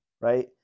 right